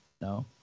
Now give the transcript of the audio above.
no